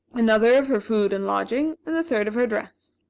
another of her food and lodging, and the third of her dress.